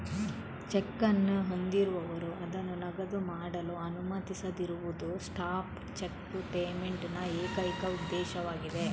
check ಅನ್ನು ಹೊಂದಿರುವವರು ಅದನ್ನು ನಗದು ಮಾಡಲು ಅನುಮತಿಸದಿರುವುದು ಸ್ಟಾಪ್ ಚೆಕ್ ಪೇಮೆಂಟ್ ನ ಏಕೈಕ ಉದ್ದೇಶವಾಗಿದೆ